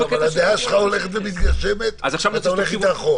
אבל הדעה שלך הולכת ומתגשמת ואתה הולך איתה אחורה.